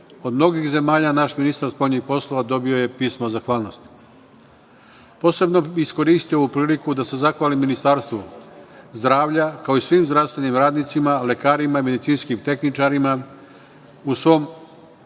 Od mnogih zemalja naš ministar spoljnih poslova dobio je pismo zahvalnosti. Posebno bi iskoristio ovu priliku da se zahvalim Ministarstvo zdravlja kao i svim zdravstvenim radnicima, lekarima, medicinskim tehničarima i svom